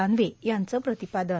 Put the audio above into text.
दानवे यांचं प्रतिपादन